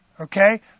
Okay